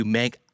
make